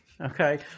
Okay